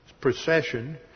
procession